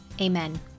Amen